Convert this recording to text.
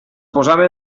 posava